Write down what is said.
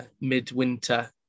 midwinter